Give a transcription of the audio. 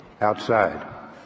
outside